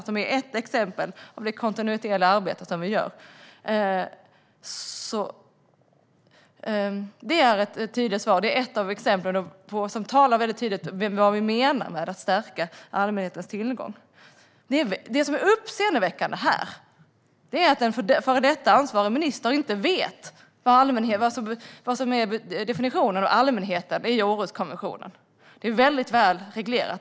Detta är ett exempel på det kontinuerliga arbete som vi gör, och det är också ett exempel som tydligt talar om vad vi menar med att stärka allmänhetens tillgång. Det som är uppseendeväckande i detta är att en före detta minister inte vet vad som är definitionen av allmänheten i Århuskonventionen. Det är väldigt väl reglerat.